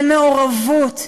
למעורבות,